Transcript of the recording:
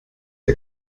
der